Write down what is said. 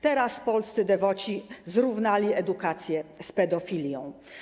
Teraz polscy dewoci zrównali edukację z pedofilią.